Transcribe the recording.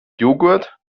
joghurt